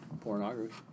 pornography